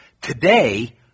Today